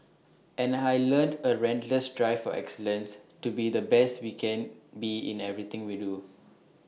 and I learnt A relentless drive for excellence to be the best we can be in everything we do